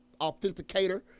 authenticator